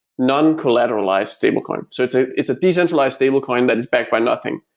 non-collateralized stablecoin. so it's ah it's a decentralized stablecoin that is backed by nothing,